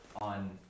on